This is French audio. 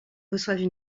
reçoivent